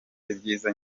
ibyiza